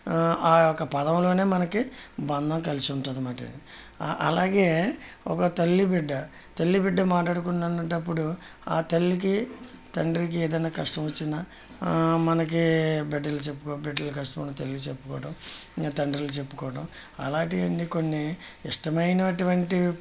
ఆ యొక్క పదంలోనే మనకి బంధం కలిసి ఉంటుంది అనమాట అది అ అలాగే ఒక తల్లి బిడ్డ తల్లి బిడ్డ మాట్లాడుకున్నప్పుడు ఆ తల్లికి తండ్రికి ఏదైనా కష్టం వచ్చినా మనకి బిడ్డలు చెప్పుకో బిడ్డల కష్టం అని తల్లి చెప్పుకోవడం తండ్రులు చెప్పుకోవడం అలాంటివన్నీ కొన్ని ఇష్టమైనటువంటి